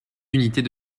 unités